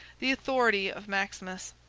the authority of maximus,